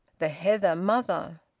the heather mother,